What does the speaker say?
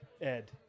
Ed